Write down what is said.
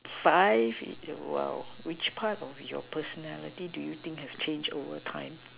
five !wow! which part of your personality do you think has changed over time